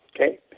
okay